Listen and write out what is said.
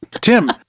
Tim